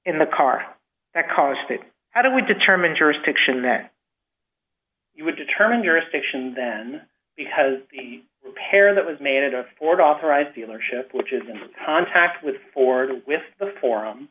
in the car that caused it how do we determine jurisdiction that you would determine your stiction then because the pair that was made a ford authorized dealership which is on top with or with the forum